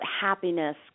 happiness